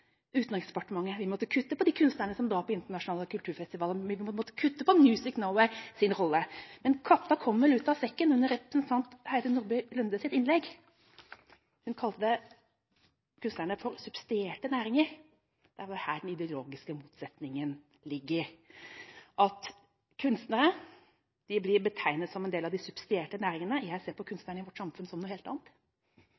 budsjett, vi måtte kutte for de kunstnerne som drar på internasjonale kulturfestivaler, vi måtte kutte på Music Norways rolle. Men katta kom vel ut av sekken under representanten Nordby Lundes innlegg. Hun kalte kunstnerne for subsidierte næringer, og det er vel her den ideologiske motsetninga ligger, at kunstnere blir betegnet som en del av de subsidierte næringene. Jeg ser på